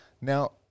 Now